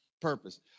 purpose